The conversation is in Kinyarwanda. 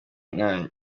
mwanya